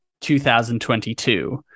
2022